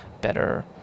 better